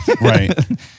Right